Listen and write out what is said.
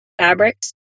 fabrics